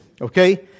Okay